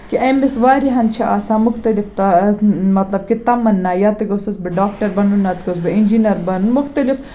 کہِ أمس واریَہَن چھِ آسان مُختلِف تا مَطلَب کہِ تَمَنّا یا تہِ گوٚژھُس بہٕ ڈاکٹر بَنُن نَتہٕ گوٚژھ بہٕ اِنجیٖنیر بَنُن مُختَلِف